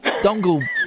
Dongle